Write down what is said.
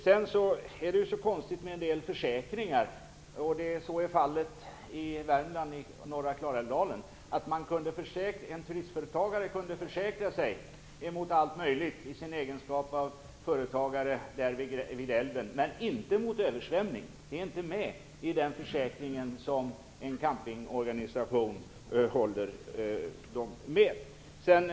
Det är konstigt med en del försäkringar, och så är fallet även i norra Klarälvsdalen i Värmland. En turistföretagare kunde försäkra sig mot allt möjligt i sin egenskap av företagare vid älven, men inte mot översvämning. Det finns inte med i den försäkring som en campingorganisation håller honom med.